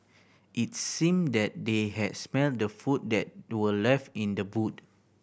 its seemed that they had smelt the food that were left in the boot